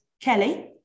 Kelly